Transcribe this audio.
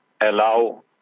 allow